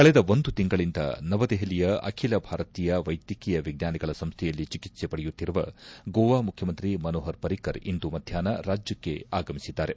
ಕಳೆದ ಒಂದು ತಿಂಗಳಿಂದ ನವದೆಹಲಿಯ ಅಖಿಲ ಭಾರತೀಯ ವೈದ್ಯಕೀಯ ವಿಜ್ಞಾನಗಳ ಸಂಸ್ಥೆಯಲ್ಲಿ ಚಿಕಿತ್ಸೆ ಪಡೆಯುತ್ತಿದ್ದ ಗೋವಾ ಮುಖ್ಯಮಂತ್ರಿ ಮನೋಪರ್ ಪರಿಕ್ಕರ್ ಇಂದು ಮಧ್ಯಾಹ್ನ ರಾಜ್ಯಕ್ಕೆ ಆಗಮಿಸಿದ್ದಾರೆ